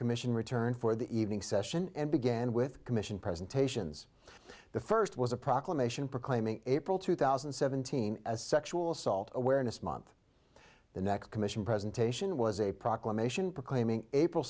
commission returned for the evening session and began with commission presentations the first was a proclamation proclaiming april two thousand and seventeen as sexual assault awareness month the next commission presentation was a proclamation proclaiming april